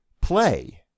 play